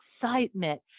excitement